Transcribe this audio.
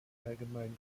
allgemein